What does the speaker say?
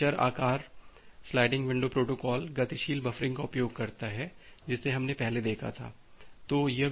यह एक चर आकार स्लाइडिंग विंडो प्रोटोकॉल गतिशील बफरिंग का उपयोग करता है जिसे हमने पहले देखा है